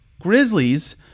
Grizzlies